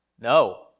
No